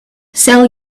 sell